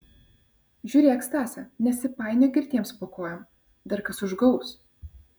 žiūrėk stase nesipainiok girtiems po kojom dar kas užgaus